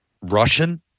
russian